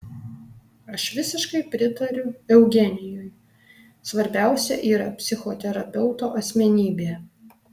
aš visiškai pritariu eugenijui svarbiausia yra psichoterapeuto asmenybė